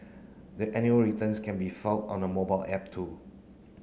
the annual returns can be filed on the mobile app too